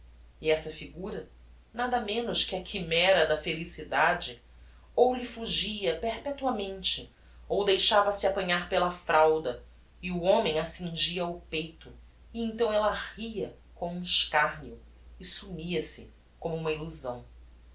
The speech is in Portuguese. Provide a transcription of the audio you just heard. e essa figura nada menos que a chimera da felicidade ou lhe fugia perpetuamente ou deixava-se apanhar pela fralda e o homem a cingia ao peito e então ella ria como um escarneo e sumia-se como uma illusão